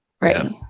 Right